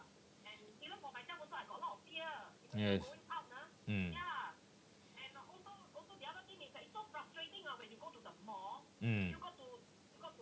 yes mm mm